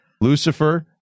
Lucifer